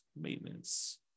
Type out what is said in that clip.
Maintenance